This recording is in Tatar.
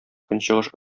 көнчыгыш